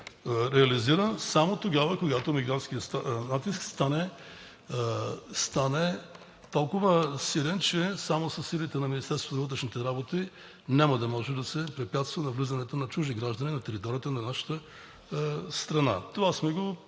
само тогава, когато мигрантският натиск стане толкова силен, че само със силите на Министерството на вътрешните работи няма да може да се възпрепятства навлизането на чужди граждани на територията на нашата страна. Това сме го